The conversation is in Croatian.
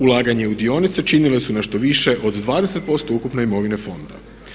Ulaganje u dionice činile su nešto više od 20% ukupne imovine fonda.